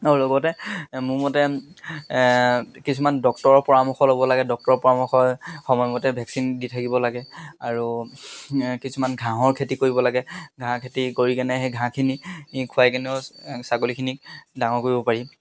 আৰু লগতে মোৰ মতে কিছুমান ডক্টৰৰ পৰামৰ্শ ল'ব লাগে ডক্টৰৰ পৰামৰ্শ সময়মতে ভেকচিন দি থাকিব লাগে আৰু কিছুমান ঘাঁহৰ খেতি কৰিব লাগে ঘাঁহ খেতি কৰি কেনে সেই ঘাঁহখিনি খুৱাই কিনেও ছাগলীখিনিক ডাঙৰ কৰিব পাৰি